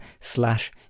slash